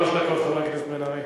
שלוש דקות, חבר הכנסת בן-ארי.